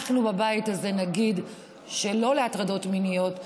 אנחנו בבית הזה נגיד לא להטרדות מיניות,